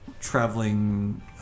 traveling